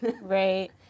Right